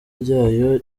ryayo